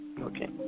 Okay